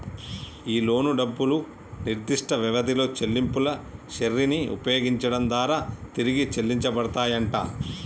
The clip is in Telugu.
ఈ లోను డబ్బులు నిర్దిష్ట వ్యవధిలో చెల్లింపుల శ్రెరిని ఉపయోగించడం దారా తిరిగి చెల్లించబడతాయంట